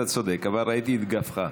אתה צודק, אבל ראיתי את גבך.